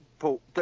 Paul